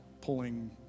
pulling